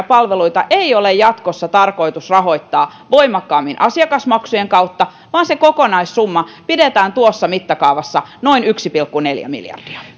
palveluita ei ole jatkossa tarkoitus rahoittaa voimakkaammin asiakasmaksujen kautta vaan se kokonaissumma pidetään tuossa mittakaavassa noin yksi pilkku neljä miljardia